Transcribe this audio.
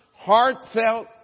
heartfelt